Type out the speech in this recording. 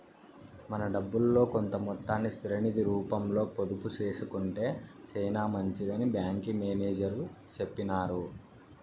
మన డబ్బుల్లో కొంత మొత్తాన్ని స్థిర నిది రూపంలో పొదుపు సేసుకొంటే సేనా మంచిదని బ్యాంకి మేనేజర్ సెప్పినారు